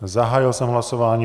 Zahájil jsem hlasování.